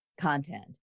content